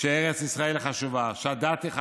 שארץ ישראל חשובה, שהדת היא חשובה,